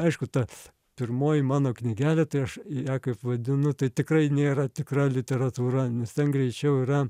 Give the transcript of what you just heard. aišku ta pirmoji mano knygelė tai aš ją kaip vadinu tai tikrai nėra tikra literatūra nes ten greičiau yra